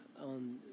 on